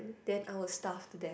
then I will starve to death